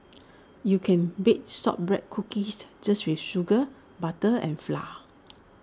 you can bake Shortbread Cookies just with sugar butter and flour